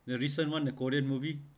the recent [one] the korean movie